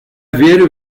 верю